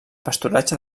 pasturatge